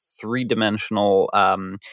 three-dimensional